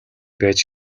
байж